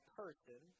person